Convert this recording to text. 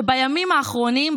שבימים האחרונים,